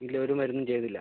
ഇല്ല ഒരു മരുന്നും ചെയ്തില്ല